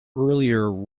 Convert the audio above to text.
earlier